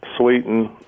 sweeten